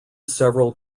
several